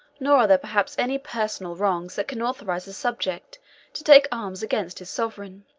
nor are there perhaps any personal wrongs that can authorize a subject to take arms against his sovereign